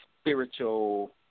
spiritual